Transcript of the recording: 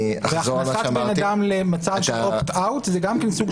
והכנסת בן אדם למצב של opt-out זה גם כן סוג